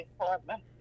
Department